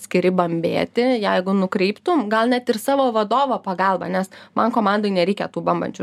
skiri bambėti jeigu nukreiptum gal net ir savo vadovo pagalba nes man komandoj nereikia tų bambančių